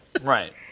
Right